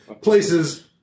Places